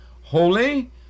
Holy